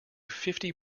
fifty